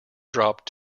dropped